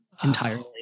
entirely